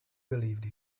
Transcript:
believed